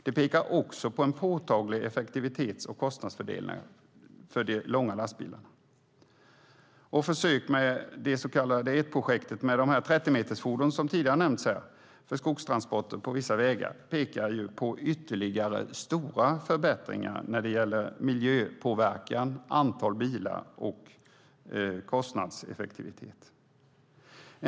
De pekar också på en påtaglig effektivitets och kostnadsfördel för de långa lastbilarna. Försöket med det så kallade ETT-projektet med 30-metersfordon för skogstransporter på vissa vägar pekar på ytterligare stora förbättringar när det gäller miljöpåverkan, antal bilar och kostnadseffektivitet.